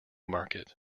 market